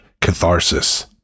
Catharsis